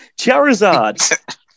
Charizard